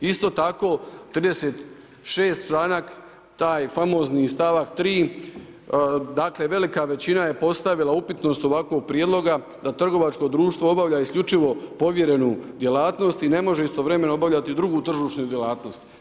Isto tako 36. članak taj famozni stavak 3. dakle velika većina je postavila upitnost ovakvog prijedloga da trgovačko društvo obavlja isključivo povjerenu djelatnost i ne može istovremeno obavljati drugu tržišnu djelatnost.